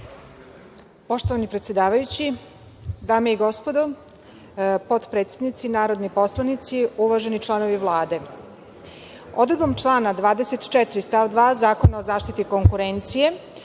Poštovani predsedavajući, dame i gospodo, potpredsednici i narodni poslanici, uvaženi članovi Vlade, odredbom člana 24. stav 2. Zakona o zaštiti konkurencije